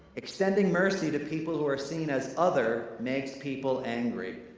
extending mercy to people who are seen as other makes people angry.